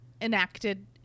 enacted